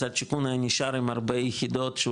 משרד השיכון היה נשאר עם הרבה יחידות שהוא